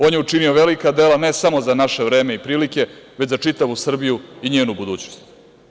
On je učinio velika dela, ne samo za naše vreme i prilike, već za čitavu Srbiju i njenu budućnost.